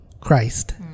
Christ